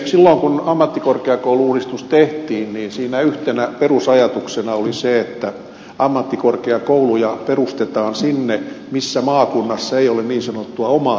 silloin kun ammattikorkeakoulu uudistus tehtiin siinä yhtenä perusajatuksena oli se että ammattikorkeakouluja perustetaan sinne missä maakunnassa ei ole niin sanottua omaa yliopistoa